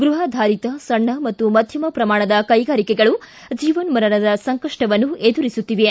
ಗೃಹಾಧಾರಿತ ಸಣ್ಣ ಮತ್ತು ಮಧ್ಯಮ ಪ್ರಮಾಣದ ಕೈಗಾರಿಕೆಗಳು ಜೀವನ್ನರಣದ ಸಂಕಷ್ಟವನ್ನು ಎದುರಿಸುತ್ತಿವೆ